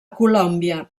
colòmbia